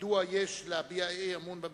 מדוע יש להביע אי-אמון בממשלה.